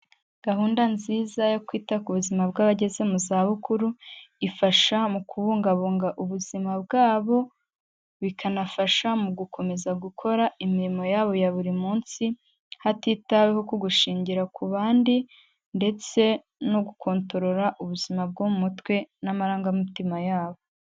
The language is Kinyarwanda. Gahunda nziza yo kwita ku buzima bw'abageze mu zabukuru, ifasha mu kubungabunga ubuzima bwabo bikanafasha mu gukomeza gukora imirimo yabo ya buri munsi, hatitaweho ku gushingira ku bandi ndetse no gukontorora ubuzima bwo mu mutwe n'amarangamutima yabo.